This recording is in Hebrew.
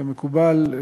כמקובל.